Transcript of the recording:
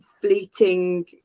fleeting